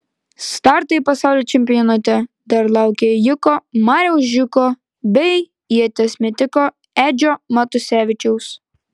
startai pasaulio čempionate dar laukia ėjiko mariaus žiūko bei ieties metiko edžio matusevičiaus